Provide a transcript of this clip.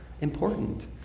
important